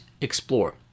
explore